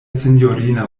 sinjorina